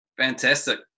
Fantastic